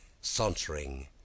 Sauntering